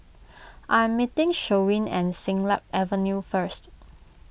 I am meeting Sherwin at Siglap Avenue first